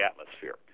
atmosphere